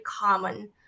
common